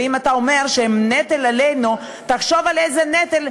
ואם אתה אומר שהם נטל עלינו, זה מה שיקרה בסוף,